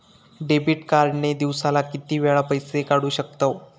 Debit card ने दिवसाला किती वेळा पैसे काढू शकतव?